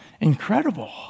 incredible